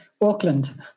Auckland